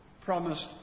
promised